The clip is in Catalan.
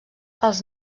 els